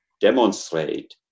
demonstrate